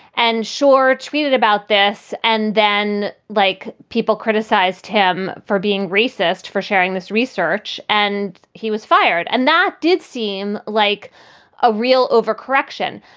and shaw tweeted about this. and then, like people criticized him for being racist, for sharing this research and he was fired. and that did seem like a real overcorrection.